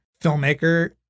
filmmaker